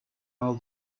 all